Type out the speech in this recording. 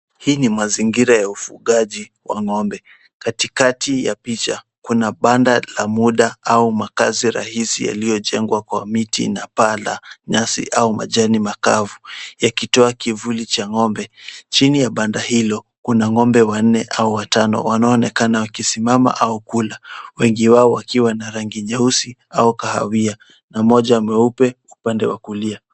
Hii ni mazingira ya ufugaji wa ng'ombe. Katikati ya picha kuna banda la muda au makazi rahisi yaliyojengwa kwa miti na paa la nyasi au majani makavu yakitoa kivuli cha ng'ombe. Chini ya banda hilo kuna ng'ombe wanne au watano wanaoonekana wakisimama au kula wengi wao wakiwa na rangi nyeusi au kahawia na mmoja mweupe upande wa kulia.